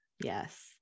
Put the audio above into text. Yes